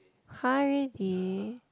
!huh! already